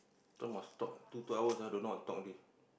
so must stop two two hours don't know what to talk already